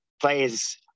players